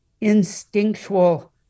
instinctual